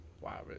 Wow